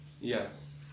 yes